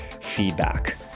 feedback